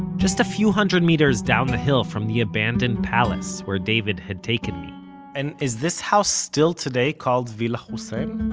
just a few hundred meters down the hill from the abandoned palace where david had taken me and is this house still today called villa hussein?